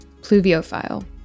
pluviophile